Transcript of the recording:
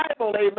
amen